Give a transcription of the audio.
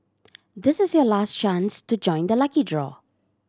this is your last chance to join the lucky draw